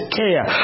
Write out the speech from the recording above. care